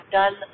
done